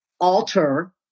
alter